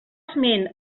esment